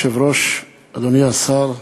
אדוני היושב-ראש, אדוני השר,